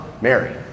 Mary